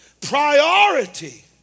priority